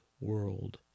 world